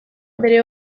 bere